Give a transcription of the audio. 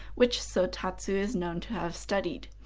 which sotatsu is known to have studied.